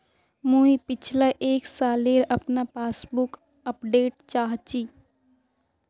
मुई पिछला एक सालेर अपना पासबुक अपडेट चाहची?